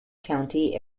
county